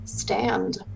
stand